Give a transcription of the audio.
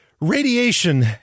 radiation